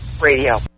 Radio